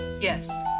Yes